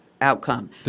outcome